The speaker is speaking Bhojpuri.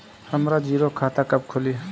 हमरा जीरो खाता कब खुली?